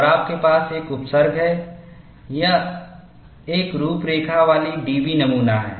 और आपके पास एक उपसर्ग है यह एक रूपरेखा वाली DB नमूना है